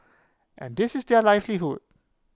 and this is their livelihood